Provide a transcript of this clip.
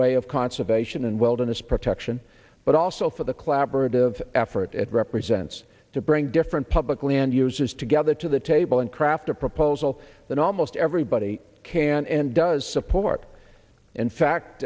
way of conservation and wilderness protection but also for the collaborative effort it represents to bring different publicly end users together to the table and craft a proposal that almost everybody can and does support in fact